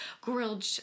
grilled